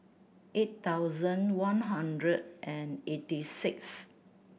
eight thousand one hundred and eighty six